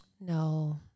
No